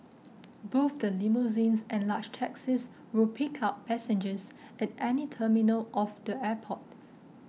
both the limousines and large taxis will pick up passengers at any terminal of the airport